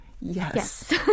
Yes